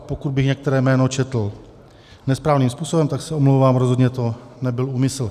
Pokud bych některé jméno četl nesprávným způsobem, tak se omlouvám, rozhodně to nebyl úmysl.